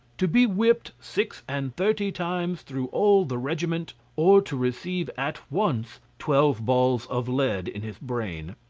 to be whipped six-and-thirty times through all the regiment, or to receive at once twelve balls of lead in his brain.